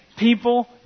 People